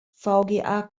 vga